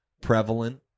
prevalent